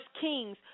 Kings